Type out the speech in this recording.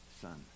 son